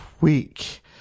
week